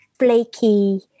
flaky